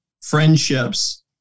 friendships